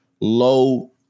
low